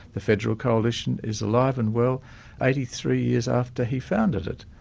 the federal coalition is alive and well eighty three years after he founded it.